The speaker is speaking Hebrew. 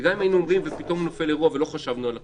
וגם אם היינו אומרים ופתאום נופל אירוע ולא חשבנו על הכול,